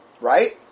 Right